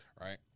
right